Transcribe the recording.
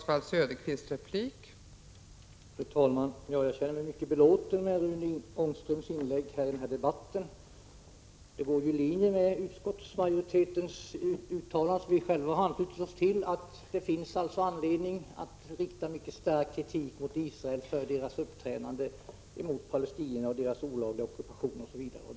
Fru talman! Jag känner mig mycket belåten med Rune Ångströms inlägg i debatten. Hans inlägg överensstämmer med utskottsmajoritetens uttalande, som vpk har anslutit sig till, dvs. att det finns anledning att rikta mycket stark kritik mot Israel för Israels uppträdande mot palestinierna — den olagliga ockupationen m.m.